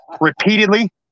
repeatedly